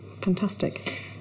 fantastic